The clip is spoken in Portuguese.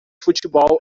futebol